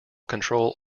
control